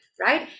right